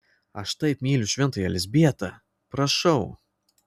aš taip myliu šventąją elzbietą prašau